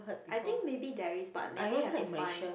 I think maybe there is but maybe have to find